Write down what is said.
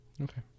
Okay